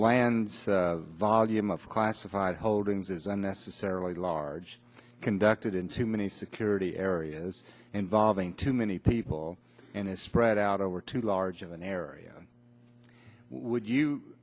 lannes volume of classified holdings is unnecessarily large conducted in too many security areas involving too many people and is spread out over too large of an area would you